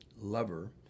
lover